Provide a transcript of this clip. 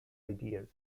ideas